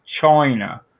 China